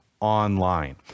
online